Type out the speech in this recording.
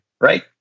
Right